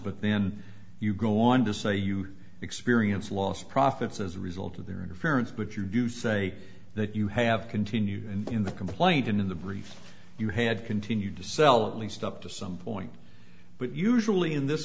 but then you go on to say you experienced lost profits as a result of their interference but you do say that you have continued in the complaint and in the brief you had continued to sell at least up to some point but usually in this